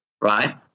Right